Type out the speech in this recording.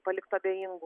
paliktų abejingų